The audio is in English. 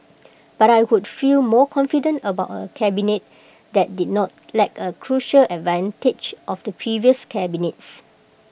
but I would feel more confident about A cabinet that did not lack A crucial advantage of the previous cabinets